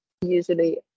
usually